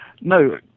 No